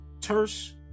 terse